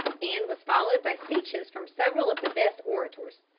and was followed by speeches from several of the best orators.